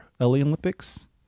Olympics